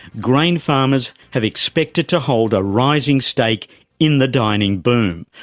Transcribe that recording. grain farmers have expected to hold a rising stake in the dining boom,